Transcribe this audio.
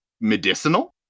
medicinal